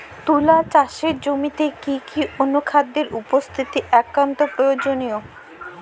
তুলা চাষের জমিতে কি কি অনুখাদ্যের উপস্থিতি একান্ত প্রয়োজনীয়?